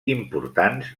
importants